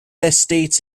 estates